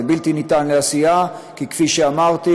זה בלתי ניתן לעשייה, כי כפי שאמרתי,